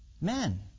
Men